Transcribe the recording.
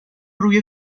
روی